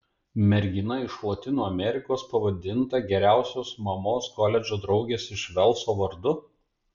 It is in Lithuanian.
mergina iš lotynų amerikos pavadinta geriausios mamos koledžo draugės iš velso vardu